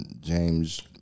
James